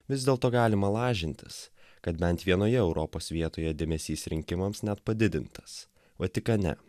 vis dėlto galima lažintis kad bent vienoje europos vietoje dėmesys rinkimams net padidintas vatikane